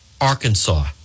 Arkansas